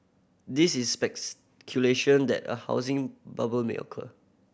this is that a housing bubble may occur